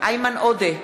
איימן עודה,